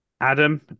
Adam